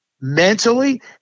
mentally